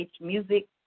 Music